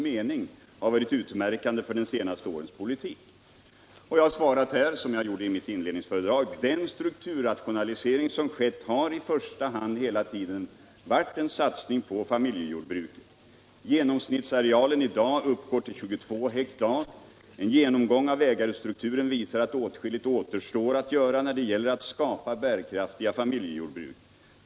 Jag svarar nu, liksom jag gjorde i mitt inledningsanförande, att 15 december 1976 den strukturrationalisering som skett i första hand har varit en satsning — på familjejordbruket. Genomsnittsarealen i dag uppgår till 22 hektar. En — Om nya direktiv till genomgång av ägarstrukturen visar att åtskilligt återstår att göra när det — 1972 års jordbruksgäller att skapa bärkraftiga familjejordbruk.